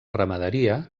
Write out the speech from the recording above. ramaderia